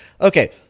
okay